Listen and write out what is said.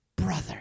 brother